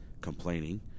complaining